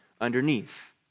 underneath